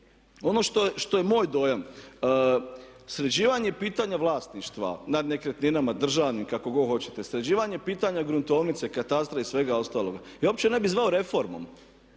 Ono što je moj dojam, sređivanje pitanja vlasništva nad nekretninama, državnim, kako god hoćete, sređivanje pitanja gruntovnice, katastra i svega ostaloga ja uopće ne bih zvao reformom.